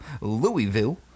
Louisville